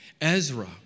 Ezra